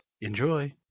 Enjoy